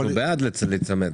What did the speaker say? אנחנו בעד להיצמד,